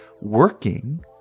working